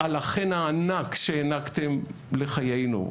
על החן הענק שהענקתם לחיינו,